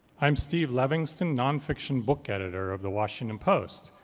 i'm steve levingston, nonfiction book editor of the washington post,